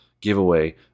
giveaway